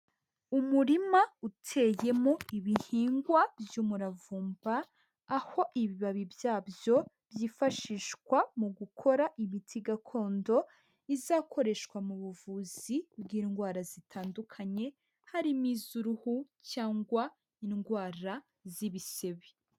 Umurima uteyemo ibihingwa by'umuravumba, aho ibibabi byabyo byifashishwa mu gukora imiti gakondo izakoreshwa mu buvuzi bw'indwara zitandukanye, harimo iz'uruhu cyangwa indwara z'ibisebe.